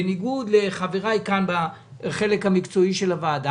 בניגוד לחבריי בחלק המקצועי של הוועדה,